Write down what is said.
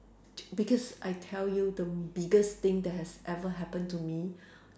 because I tell you the biggest thing that has ever happen to me